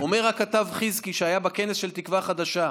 אומר הכתב חזקי, שהיה בכנס של תקווה חדשה,